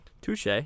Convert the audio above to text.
touche